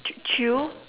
ch~ chew